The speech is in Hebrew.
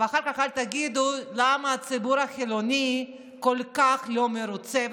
ואחר כך אל תגידו למה הציבור החילוני כל כך לא מרוצה,